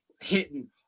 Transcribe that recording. hitting